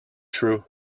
true